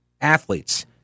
athletes